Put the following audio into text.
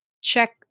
check